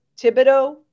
Thibodeau